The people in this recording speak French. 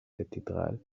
cathédrale